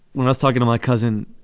was talking to my cousin,